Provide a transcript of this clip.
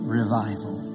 revival